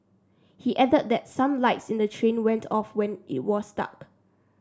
he added that some lights in the train went off when it was stuck